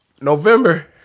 November